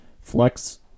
flex